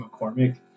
McCormick